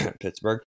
Pittsburgh